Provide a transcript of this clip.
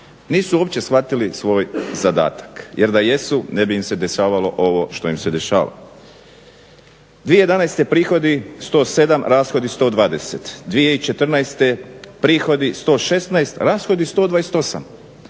Nisu uopće shvatili svoj zadatak jer da jesu ne bi im se dešavalo ovo što im se dešava. 2011. prihodi 107, rashodi 120. 2014. prihodi 116, rashodi 128.